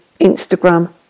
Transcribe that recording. Instagram